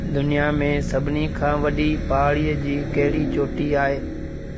दुनियां में सभिनी खां वॾी पहाड़ी जी कहिड़ी चोटी आहे